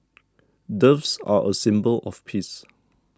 doves are a symbol of peace